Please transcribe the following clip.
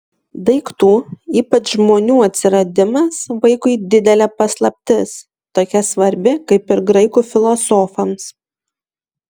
daiktų ypač žmonių atsiradimas vaikui didelė paslaptis tokia svarbi kaip ir graikų filosofams